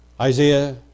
Isaiah